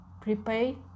prepay